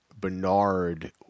Bernard